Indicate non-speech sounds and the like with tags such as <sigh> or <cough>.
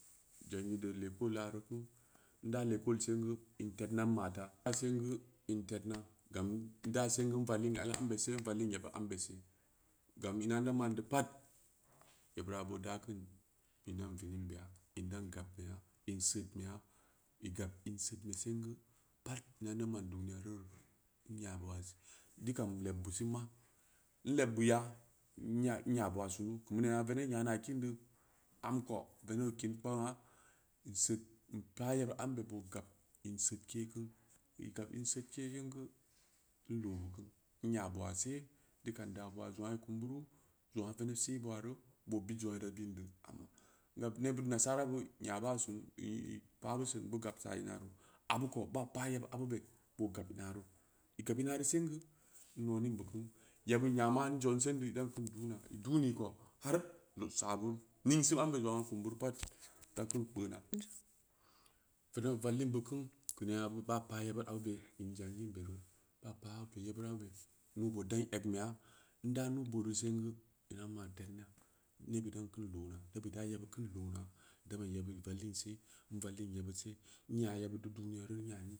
Zangirde lekolla reu gen, nn daa lekol singu, in tednna n ma’ taa, n daa seng, in tednna, gam n da sengun <noise> vallin ai ambese, n vallin yeb ambe see, gam in ana man new pad yebbira boo da kin in dan vinin beya, in dan gabmbeya, in sitnbeya, i gab in sitribe singu, pad ina neu ma duniyaro nya base, dika n lebbu sima, n leɓɓuya, n nya n nya buwa sunu, gen neena venev nyana kindeu, amko veneb oo kedn kpangna, nseut, npaa yebbid ambe bo gab in sitke kun z gab in sitke singu, wundu gu, n nya buwa see, dika n daa buwa zangn i kum buro, zangn veneb se, buula ngab neɓɓid nasara bi i nya baa sunu, i paa ɓu sunu bu gab taa ina re, abuko baa paa yeb abube boo gab ina roo, i gab inareu singu n nonin b uku, yebbi nyama n zangsin deu idan kan duna, bu duuni ko, har bu sabu, ningseuambe zongna kum bureu pad dan kin kpeuna, veneb oo vallin bu kunu, geu neena bap aa yebbid abube am zangin be rooo, bap aa keu yebira nuu-bood dan egu beya ndaa nuu-booru sengu, inannma tedna neɓɓid dan kam loona, buda yeɓɓid kan lona, buda bam yeɓɓid i vallin se, n vallin yeɓɓid see, n nya yeɓɓid du duniyaru n nya ni.